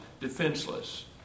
defenseless